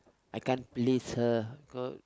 I can't please her cau~